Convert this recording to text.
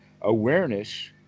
awareness